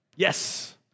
Yes